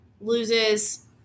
loses